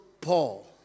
Paul